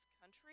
country